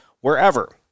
wherever